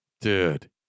Dude